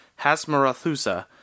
Hasmarathusa